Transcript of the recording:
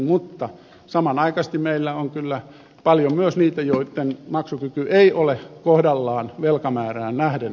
mutta samanaikaisesti meillä on kyllä paljon myös niitä joitten maksukyky ei ole kohdallaan velkamäärään nähden